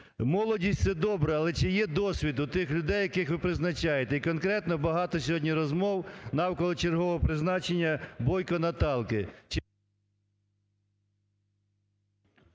Молодість – це добре, але чи є досвід у тих людей, яких ви призначаєте? І конкретно багато сьогодні розмов навколо чергового призначення Бойко Наталки.